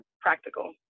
practical